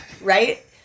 right